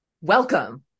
Welcome